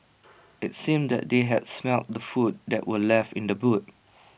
IT seemed that they had smelt the food that were left in the boot